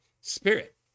spirit